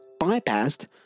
bypassed